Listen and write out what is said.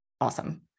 Awesome